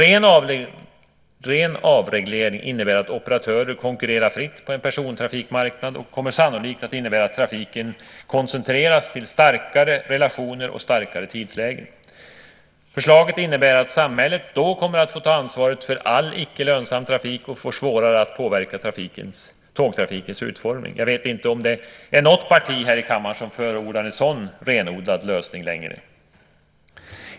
En ren avreglering innebär att operatörer konkurrerar fritt på en persontrafikmarknad och kommer sannolikt att innebära att trafiken koncentreras till starkare relationer och starkare tidslägen. Förslaget innebär att samhället då kommer att få ta ansvaret för all icke lönsam trafik och får svårare att påverka tågtrafikens utformning. Jag vet inte om det är något parti här i kammaren som förordar en sådan renodlad lösning längre.